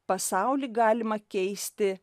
pasaulį galima keisti